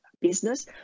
business